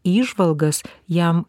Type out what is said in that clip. įžvalgas jam